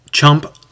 Chump